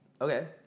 Okay